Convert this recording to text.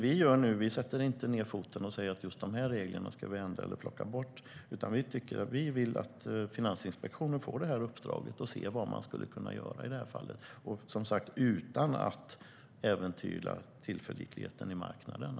Vi sätter inte ned foten och säger vilka regler som kan ändras eller tas bort. Vi vill att Finansinspektionen får det här uppdraget för att se vad som skulle kunna göras utan att, som sagt, äventyra tillförlitligheten i marknaden.